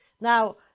Now